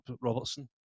robertson